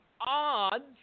odds